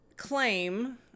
claim